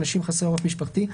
אנשים חסרי עורף משפחתי,